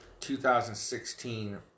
2016